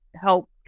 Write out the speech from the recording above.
help